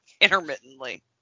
intermittently